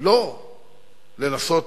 לא לנסות